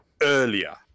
earlier